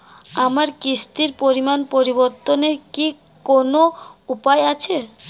আমার কিস্তির পরিমাণ পরিবর্তনের কি কোনো উপায় আছে?